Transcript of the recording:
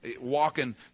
walking